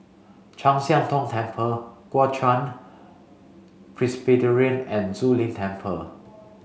Chu Siang Tong Temple Kuo Chuan Presbyterian and Zu Lin Temple